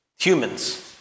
humans